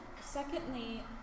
Secondly